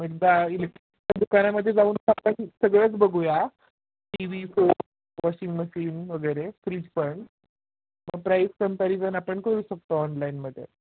एकदा इलेक्ट्र दुकानामध्ये जाऊन स सगळेच बघूया टी वी फो वॉशिंग मशीन वगैरे फ्रीज पण म प्राईस कॉम्पॅरिझन आपण करू शकतो ऑनलाईनमध्ये